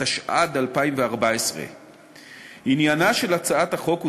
התשע"ד 2014. עניינה של הצעת החוק הוא